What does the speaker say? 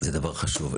זה דבר חשוב.